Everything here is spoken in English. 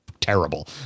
terrible